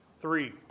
Three